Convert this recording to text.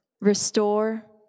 restore